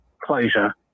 closure